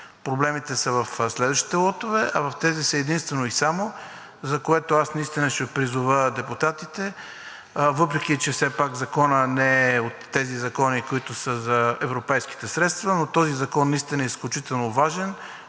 Проблемите са в следващите лотове, а в тези са единствено и само, за което аз наистина ще призова депутатите, въпреки че все пак Законът не е от законите, които са за европейските средства, но този закон наистина е изключително важен.